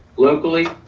locally,